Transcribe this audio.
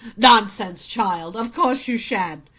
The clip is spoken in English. nonsense, child! of course you shan't.